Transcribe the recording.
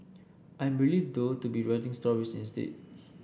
I'm relieved though to be writing stories instead